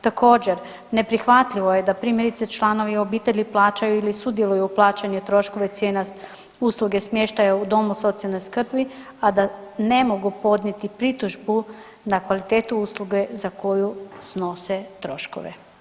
Također neprihvatljivo je da primjerice članovi obitelji plaćaju ili sudjeluju u plaćanju troškova cijena usluge smještaja u domu socijalne skrbi, a da ne mogu podnijeti pritužbu na kvalitetu usluge za koju snose troškove.